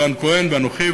רן כהן ואנוכי.